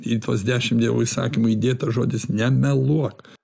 į tuos dešim dievo įsakymų įdėtas žodis nemeluok